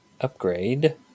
upgrade